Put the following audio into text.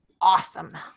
awesome